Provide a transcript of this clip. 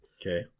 Okay